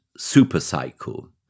supercycle